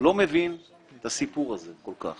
לא כל כך מבין את הסיפור הזה.